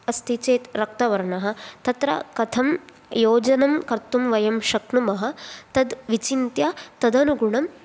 अस्ति चेद् रक्तवर्णः तत्र कथं योजनं कर्तुं वयं शक्नुमः तद् विचिन्त्य तदनुगुणं